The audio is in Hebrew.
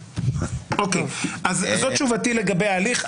זאת תשובתי לגבי ההליך.